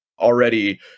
already